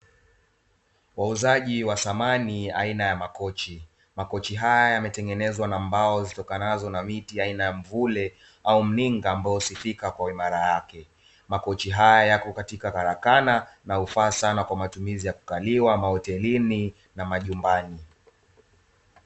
Wauzaji wa samani aina ya makochi. Makochi haya yametengenezwa na mbao zitokanazo na miti aina ya mvule au mninga ambao husifika kwa uimara wake. Makochi haya yako katika karakana na hufaa sana kwa matumizi ya kukaliwa mahotelini na majumbani.